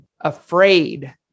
afraid